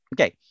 Okay